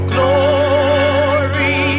Glory